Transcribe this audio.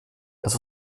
das